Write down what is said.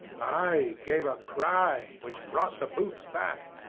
i gave a cry, which brought the boots back.